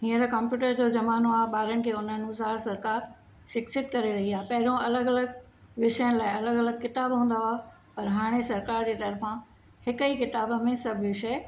हीअंर कम्प्यूटर जो ज़मानो आहे ॿारनि खे उन अनुसार सरकारि शिक्षित करे रही आहे पहिरों अलॻि अलॻि विषयनि लाइ अलॻि अलॻि किताब हूंदा हुआ पर हाणे सरकारि जे तरफ़ां हिक ई किताब में सभु विषय